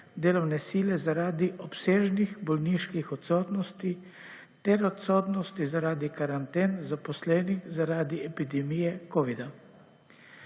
delovne sile zaradi obsežnih bolniških odsotnosti ter odsotnosti zaradi karanten zaposlenim zaradi epidemije kovida.